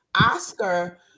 Oscar